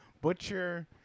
Butcher